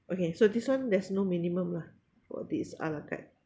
okay so this one there's no minimum lah for this a la carte